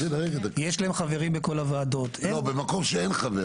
לא, במקום שאין חבר.